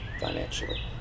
financially